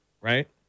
right